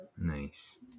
Nice